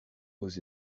aux